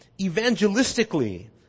evangelistically